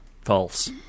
False